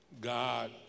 God